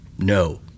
no